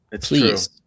Please